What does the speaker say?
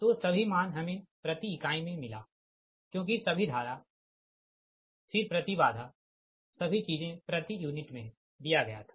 तो सभी मान हमें प्रति इकाई में मिलाक्योंकि सभी धारा फिर प्रति बाधा सभी चीजें प्रति यूनिट मे दिया गया था